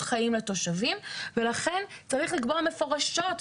חיים לתושבים ולכן צריך לקבוע מפורשות,